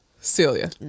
Celia